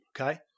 Okay